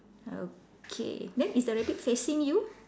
okay then is the rabbit facing you